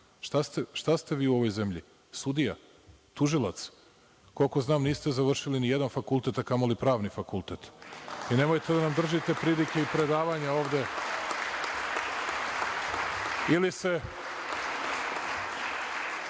Šta ste vi u ovoj zemlji? Sudija? Tužilac? Koliko znam, niste završili ni jedan fakultet, a kamoli pravni fakultet. Nemojte da nam držite pridike i predavanja ovde.